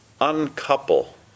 uncouple